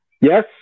Yes